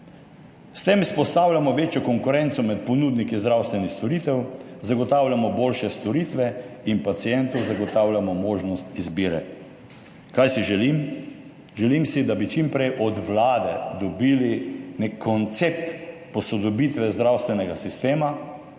S tem vzpostavljamo večjo konkurenco med ponudniki zdravstvenih storitev, zagotavljamo boljše storitve in pacientu zagotavljamo možnost izbire. Kaj si želim? Želim si, da bi čim prej od Vlade dobili nek koncept posodobitve zdravstvenega sistema.